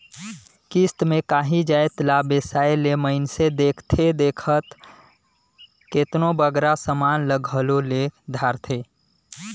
किस्त में कांही जाएत ला बेसाए ले मइनसे देखथे देखत केतनों बगरा समान ल घलो ले धारथे